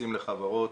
כנסים לחברות,